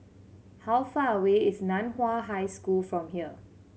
how far away is Nan Hua High School from here